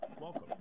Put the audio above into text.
welcome